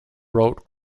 wrote